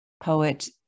poet